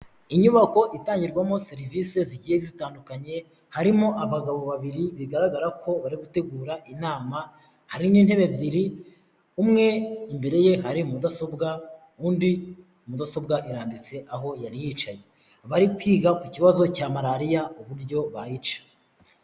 inyubako itangirwamo serivisi zigiye zitandukanye harimo abagabo babiri bigaragara ko bari gutegura inama hari n'intebe ebyiri umwe imbere ye hari mudasobwa undi mudasobwa irambitse aho yari yicaye bari kwiga ku kibazo cya malariya uburyo bayica.